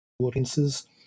audiences